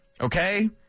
Okay